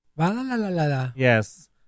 Yes